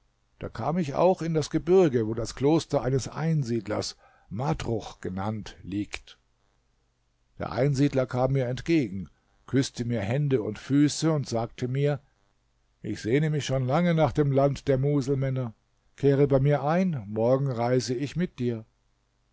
da kam ich auch in das gebirge wo das kloster eines einsiedlers matruch genannt liegt der einsiedler kam mir entgegen küßte mir hände und füße und sagte mir ich sehne mich schon lange nach dem land der muselmänner kehre bei mir ein morgen reise ich mit dir